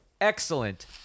excellent